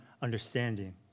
understanding